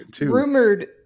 rumored